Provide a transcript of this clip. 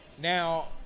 Now